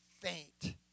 faint